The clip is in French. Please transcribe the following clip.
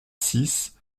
six